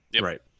Right